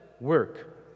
work